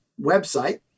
website